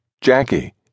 Jackie